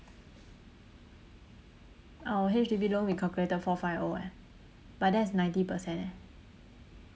our H_D_B loan we calculated four five O eh but that is ninety percent eh